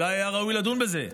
אולי היה ראוי לדון בזה,